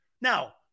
Now